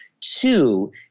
Two